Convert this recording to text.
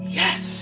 yes